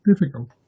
difficult